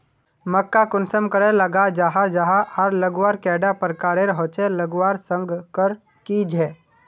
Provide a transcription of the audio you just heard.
मक्का कुंसम करे लगा जाहा जाहा आर लगवार कैडा प्रकारेर होचे लगवार संगकर की झे?